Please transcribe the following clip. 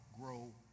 grow